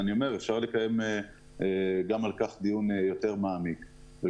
אפשר לקיים דיון יותר מעמיק גם בנושא הזה.